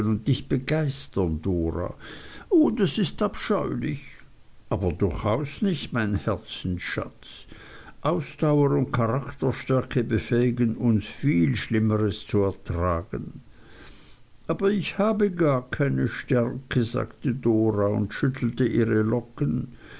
und dich begeistern dora o das ist abscheulich aber durchaus nicht mein herzensschatz ausdauer und charakterstärke befähigen uns viel schlimmeres zu ertragen aber ich habe gar keine stärke sagte dora und schüttelte ihre locken